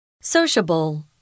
Sociable